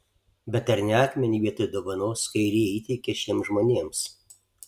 bet ar ne akmenį vietoj dovanos kairieji įteikė šiems žmonėms